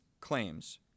claims